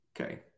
Okay